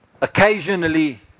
occasionally